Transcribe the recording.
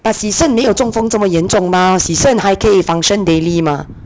oh 洗肾没有中风这么严重 mah 洗肾还可以 function daily mah